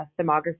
thermography